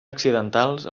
accidentals